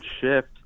shift